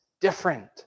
different